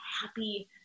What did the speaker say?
happy